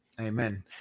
amen